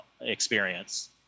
experience